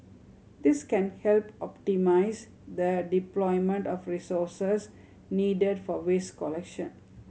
this can help optimise the deployment of resources needed for waste collection